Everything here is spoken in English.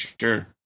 sure